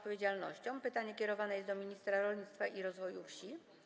Pytanie kierowane jest do ministra rolnictwa i rozwoju wsi.